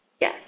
Yes